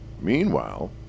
Meanwhile